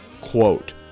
quote